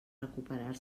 recuperar